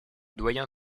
doyen